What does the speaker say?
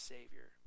Savior